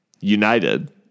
United